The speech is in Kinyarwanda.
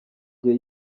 gihe